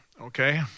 okay